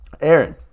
Aaron